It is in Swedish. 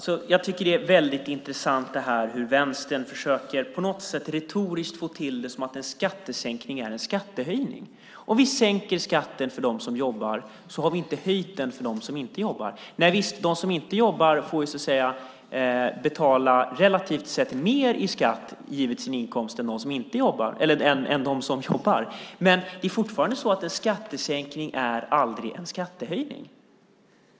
Herr talman! Det är väldigt intressant att se hur Vänstern på något sätt retoriskt försöker få till det så att en skattesänkning är en skattehöjning. Om vi sänker skatten för dem som jobbar har vi inte höjt skatten för dem som inte jobbar. Visst är det så att de som inte jobbar relativt sett och givet sin inkomst får betala mer i skatt än de som jobbar. Men fortfarande är det så att en skattesänkning aldrig är en skattehöjning.